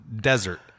desert